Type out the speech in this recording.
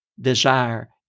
desire